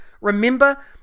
Remember